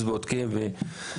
בודקים וכולי.